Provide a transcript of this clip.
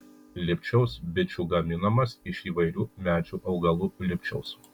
lipčiaus bičių gaminamas iš įvairių medžių augalų lipčiaus